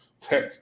tech